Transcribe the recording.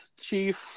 Chief